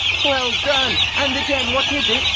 well done! and again. what is it?